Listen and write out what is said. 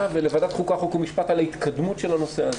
ולוועדת חוקה חוק ומשפט על ההתקדמות של הנושא הזה.